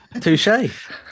Touche